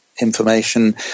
information